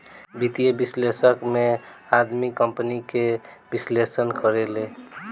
वित्तीय विश्लेषक में आदमी कंपनी के विश्लेषण करेले